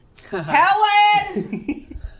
Helen